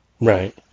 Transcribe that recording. Right